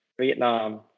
Vietnam